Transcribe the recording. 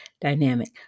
dynamic